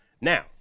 Now